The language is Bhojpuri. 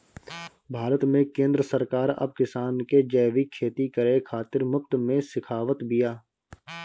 भारत में केंद्र सरकार अब किसान के जैविक खेती करे खातिर मुफ्त में सिखावत बिया